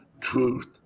Truth